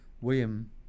William